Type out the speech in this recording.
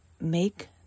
make